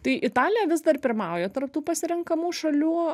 tai italija vis dar pirmauja tarp tų pasirenkamų šalių